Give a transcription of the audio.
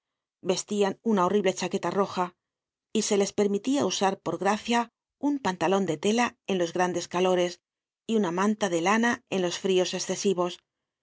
vestian una horrible chaqueta roja y se les permitia usar por gracia un pantalon de tela en los grandes calores y una manta de lana en los fríos escesivos